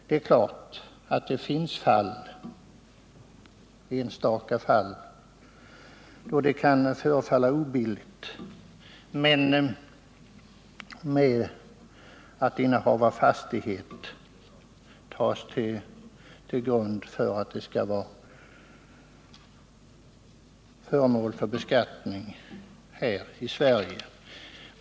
Det är klart att det finns enstaka fall då det kan förefalla obilligt att innehav av fastighet för i utlandet bosatt person blir föremål för beskattning här i Sverige.